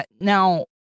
Now